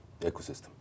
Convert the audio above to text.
ecosystem